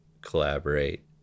collaborate